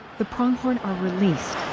the pronghorn are released,